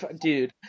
Dude